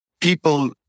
people